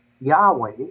Yahweh